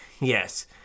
yes